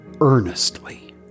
earnestly